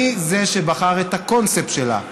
אני זה שבחר את הקונספט שלה,